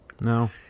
No